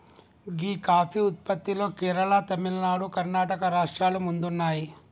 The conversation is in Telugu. గీ కాఫీ ఉత్పత్తిలో కేరళ, తమిళనాడు, కర్ణాటక రాష్ట్రాలు ముందున్నాయి